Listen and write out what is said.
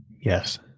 Yes